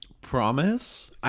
Promise